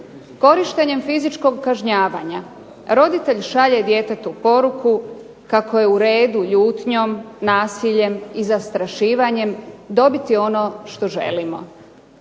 Korištenjem fizičkog kažnjavanja roditelj šalje djetetu poruku kako je u redu ljutnjom, nasiljem i zastrašivanjem dobiti ono što želimo.